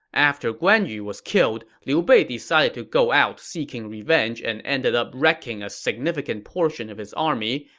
after guan yu was killed, liu bei decided to go out seeking revenge and ended up wrecking a significant portion of his army,